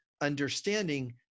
understanding